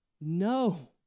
no